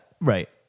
Right